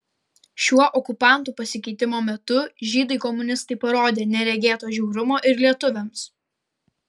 šiuo okupantų pasikeitimo metu žydai komunistai parodė neregėto žiaurumo ir lietuviams